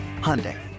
Hyundai